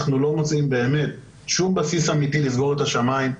אנחנו לא מוצאים שום בסיס אמיתי לסגור את השמים.